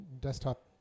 desktop